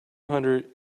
hundred